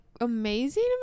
amazing